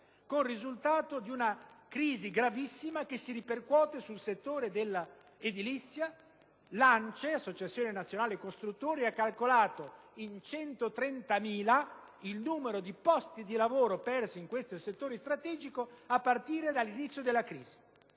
con il risultato di una crisi gravissima che si ripercuote sul settore dell'edilizia. L'associazione nazionale costruttori edili (ANCE) ha calcolato in 130.000 il numero di posti di lavoro persi in questo settore strategico a partire dall'inizio della crisi.